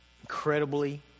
incredibly